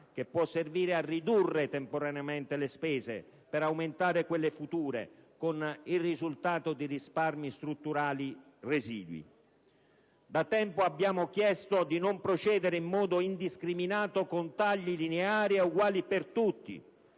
che può servire a ridurre temporaneamente le spese, per aumentare quelle future, con il risultato di risparmi strutturali residui. Da tempo abbiamo chiesto di non procedere in modo indiscriminato con tagli lineari e uguali per tutti.